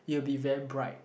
it will be very bright